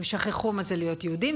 הם שכחו מה זה להיות יהודים.